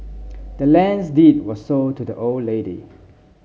the land's deed was sold to the old lady